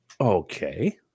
Okay